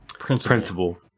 Principle